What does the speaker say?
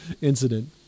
incident